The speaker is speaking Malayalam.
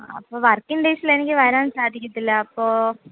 അപ്പോൾ വർക്കിംഗ് ഡേയ്സിൽ എനിക്ക് വരാൻ സാധിക്കത്തില്ല അപ്പോൾ